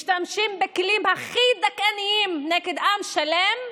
משתמשים בכלים הכי דכאניים נגד עם שלם,